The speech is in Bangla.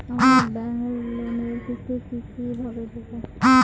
আমার ব্যাংক লোনের কিস্তি কি কিভাবে দেবো?